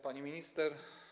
Pani Minister!